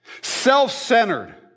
self-centered